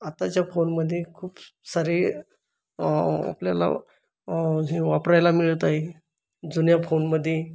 आत्ताच्या फोनमध्ये खूप स सारे आपल्याला हे वापरायला मिळत आहे जुन्या फोनमध्ये